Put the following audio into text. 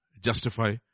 justify